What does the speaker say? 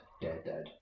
dead-dead